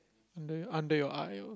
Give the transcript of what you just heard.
under under your eye or